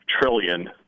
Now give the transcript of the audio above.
trillion